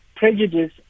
prejudice